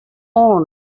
own